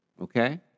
Okay